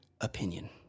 opinion